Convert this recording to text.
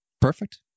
Perfect